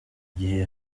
gihe